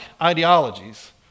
ideologies